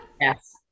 Yes